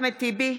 אחמד טיבי,